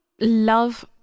love